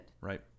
right